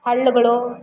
ಹಳ್ಳಗಳು